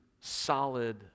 solid